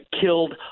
killed